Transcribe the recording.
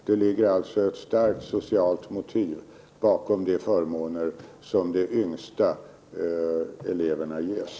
Det ligger alltså ett starkt socialt motiv bakom de förmåner som de yngsta eleverna ges.